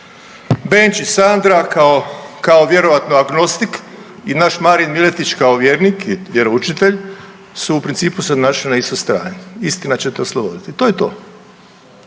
Benčić Sandra kao vjerojatno agnostik i naš Marin Miletić kao vjernik i vjeroučitelj su u principu se našli na istoj strani. Istina će te osloboditi, to je to.